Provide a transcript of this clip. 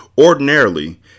Ordinarily